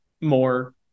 more